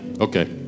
okay